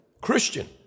Christian